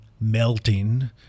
melting